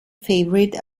favorite